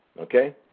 okay